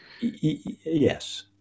Yes